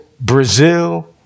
Brazil